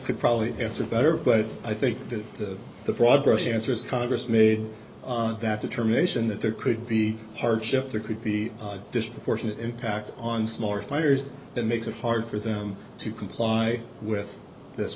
could probably answer better but i think that the the broad brush answer is congress made that determination that there could be hardship there could be a disproportionate impact on smaller fires that makes it hard for them to comply with this